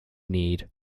need